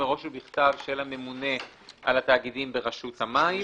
מראש ובכתב של הממונה על התאגידים ברשות המים.